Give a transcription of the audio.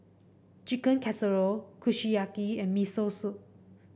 Chicken Casserole Kushiyaki and Miso Soup